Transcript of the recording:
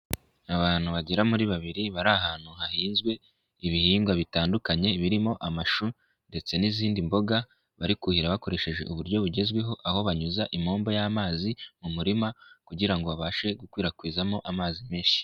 Abantu bagera muri babiri bari ahantu hahinzwe ibihingwa bitandukanye birimo amashu ndetse n'izindi mboga bari kuhira bakoresheje uburyo bugezweho aho banyuza impombo y'amazi mu murima kugira ngo babashe gukwirakwizamo amazi menshi.